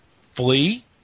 flee